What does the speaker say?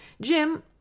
Jim